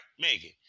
Megan